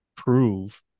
prove